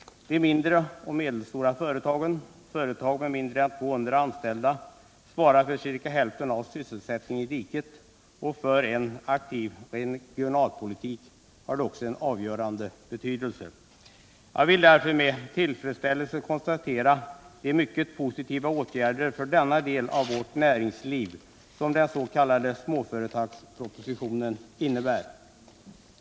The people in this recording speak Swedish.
De mindre och medelstora företagen, företag med mindre än 200 anställda, svarar för ca hälften av sysselsättningen i riket, och för en aktiv regionalpolitik har de också en avgörande betydelse. Jag vill därför med tillfredsställelse konstatera de mycket positiva åtgärder för denna del av vårt näringsliv som den s.k. småföretagspropositionen innebär.